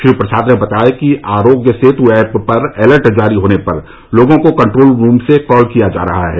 श्री प्रसाद ने बताया कि आरोग्य सेतु ऐप पर अलर्ट जारी होने पर लोगों को कन्ट्रोल रूम से कॉल किया जा रहा है